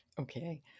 Okay